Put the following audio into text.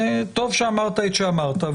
וטוב שאמרת את שאמרת,